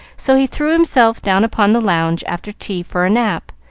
so he threw himself down upon the lounge after tea for a nap,